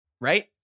right